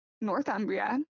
Northumbria